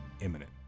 imminent